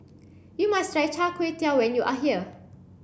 you must try Char Kway Teow when you are here